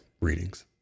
readings